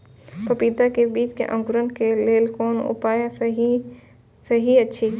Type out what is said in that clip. पपीता के बीज के अंकुरन क लेल कोन उपाय सहि अछि?